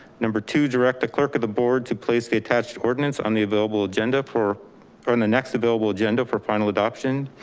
number two, direct the clerk of the board to place the attached ordinance on the available agenda, for and the next available agenda for final adoption,